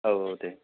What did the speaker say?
औ औ दे